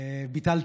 ביטלתי.